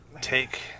Take